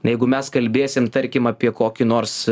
jeigu mes kalbėsim tarkim apie kokį nors